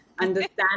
understand